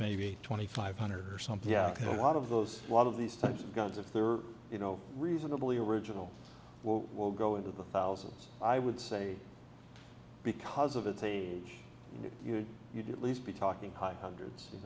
maybe twenty five hundred or something yeah a lot of those a lot of these types of guns if they were you know reasonably original will go into the thousands i would say because of its age you do at least be talking high hundreds